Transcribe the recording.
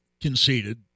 conceded